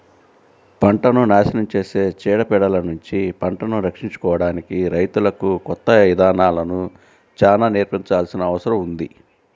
పంటను నాశనం చేసే చీడ పీడలనుంచి పంటను రక్షించుకోడానికి రైతులకు కొత్త ఇదానాలను చానా నేర్పించాల్సిన అవసరం ఉంది